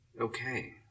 okay